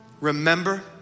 Remember